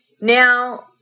Now